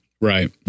right